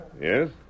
Yes